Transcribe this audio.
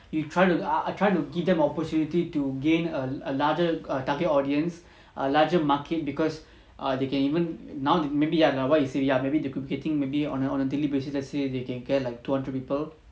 you try to err try to give them opportunity to gain a larger target audience a larger market because err they can even now maybe ah like what you say ya maybe they communicating maybe on a on a daily basis like say they can care like two hundred people